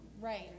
Right